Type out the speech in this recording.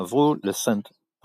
עברו לסנט פרנסיוויל,